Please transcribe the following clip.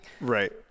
Right